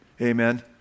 Amen